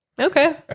Okay